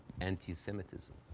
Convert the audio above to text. anti-Semitism